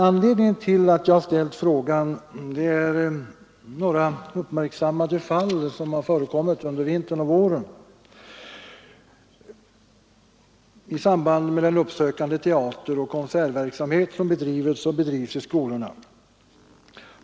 Anledningen till att jag ställt frågan är några uppmärksammade fall som förekommit under vintern och våren i samband med uppsökande teateroch konsertverksamhet som bedrivs i skolorna.